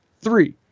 Three